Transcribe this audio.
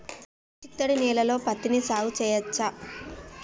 చిత్తడి నేలలో పత్తిని సాగు చేయచ్చా?